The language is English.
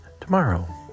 tomorrow